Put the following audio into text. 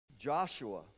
Joshua